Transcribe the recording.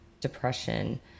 depression